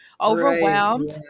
overwhelmed